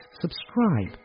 subscribe